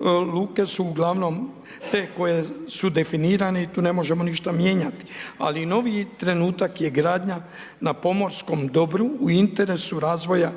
luke su uglavnom te koje su definirane i tu ne možemo ništa mijenjati. Ali noviji trenutak je gradnja na pomorskom dobru, u interesu razvoja